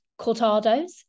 cortados